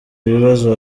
ibibazo